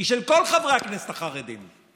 היא של כל חברי הכנסת החרדים.